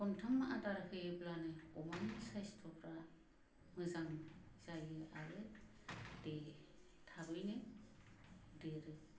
खन्थाम आदार होयोब्लानो अमानि साइसथफ्रा मोजां जायो आरो थाबैनो देरो